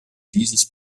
dieses